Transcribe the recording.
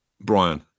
Brian